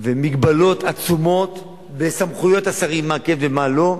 ותקנות ומגבלות עצומות בסמכויות השרים מה כן ומה לא,